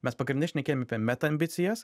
mes pagrinde šnekėjom apie meta ambicijas